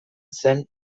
zen